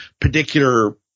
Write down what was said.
particular